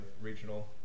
regional